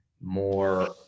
more